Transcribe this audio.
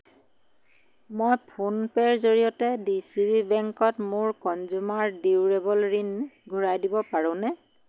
মই ফোনপে'ৰ জৰিয়তে ডিচিবি বেংকত মোৰ কনজিউমাৰ ডিউৰেবল ঋণ ঘূৰাই দিব পাৰোঁনে